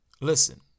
Listen